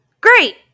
great